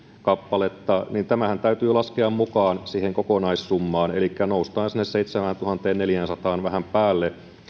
kappaletta tämähän täytyy laskea mukaan siihen kokonaissummaan elikkä noustaan sinne seitsemääntuhanteenneljäänsataan vähän päälle